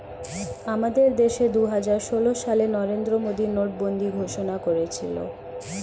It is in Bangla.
আমাদের দেশে দুহাজার ষোল সালে নরেন্দ্র মোদী নোটবন্দি ঘোষণা করেছিল